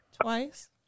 Twice